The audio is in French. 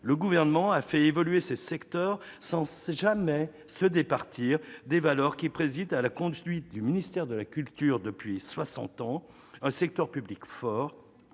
le Gouvernement a fait évoluer ces secteurs sans jamais se départir des valeurs qui président à la conduite du ministère de la culture depuis soixante ans : un secteur public fort,